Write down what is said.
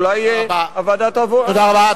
אולי הוועדה תעבור הלאה, תודה רבה.